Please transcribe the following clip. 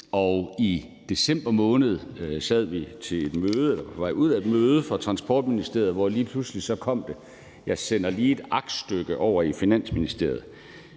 vi eller var på vej ud fra et møde i Transportministeriet, hvor det så lige pludselig kom: Jeg sender lige et aktstykke over i Finansministeriet.